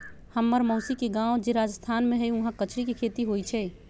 हम्मर मउसी के गाव जे राजस्थान में हई उहाँ कचरी के खेती होई छई